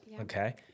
okay